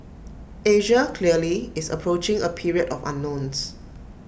Asia clearly is approaching A period of unknowns